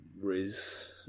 Riz